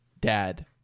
dad